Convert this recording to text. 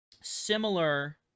similar